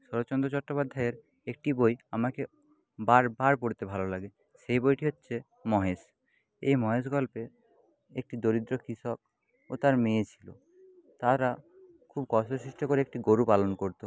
শরৎচন্দ্র চট্টোপাধ্যায়ের একটি বই আমাকে বারবার পড়তে ভালো লাগে সে বইটি হচ্ছে মহেশ এই মহেশ গল্পের একটি দরিদ্র কৃষক ও তার মেয়ে ছিল তারা খুব কষ্ট সৃষ্ট করে একটি গরু পালন করত